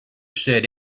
said